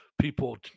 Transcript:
people